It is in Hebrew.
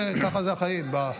ככה זה בחיים.